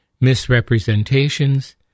misrepresentations